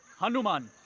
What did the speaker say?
hanuman!